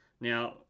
now